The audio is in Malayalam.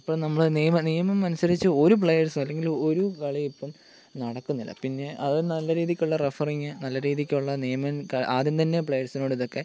ഇപ്പം നമ്മൾ നിയമം നിയമം അനുസരിച്ച് ഒരു പ്ലയേഴ്സും അല്ലെങ്കിൽ ഒരു കളിയും ഇപ്പം നടക്കുന്നില്ല പിന്നെ അത് നല്ല രീതിക്കുള്ള റഫറിങ് നല്ല രീതിക്കുള്ള നിയമം ക ആദ്യം തന്നെ പ്ലയേഴ്സിനോട് ഇതൊക്കെ